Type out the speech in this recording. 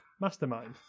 Mastermind